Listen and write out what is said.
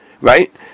right